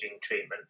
treatment